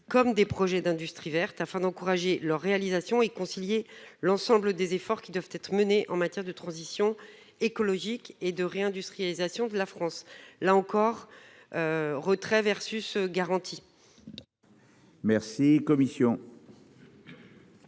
comme des projets d'industrie verte afin d'encourager leur réalisation et concilier l'ensemble des efforts qui doivent être menées en matière de transition écologique et de réindustrialisation de la France, là encore. Retrait versus garantie. Merci commission.